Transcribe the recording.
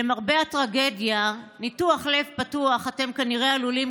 למרבה הטרגדיה ניתוח לב פתוח אתם כנראה עלולים